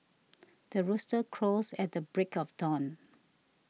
the rooster crows at the break of dawn